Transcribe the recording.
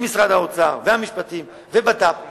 עם משרד האוצר והמשפטים ובט"פ ותמ"ת,